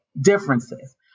differences